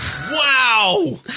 Wow